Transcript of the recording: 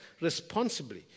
responsibly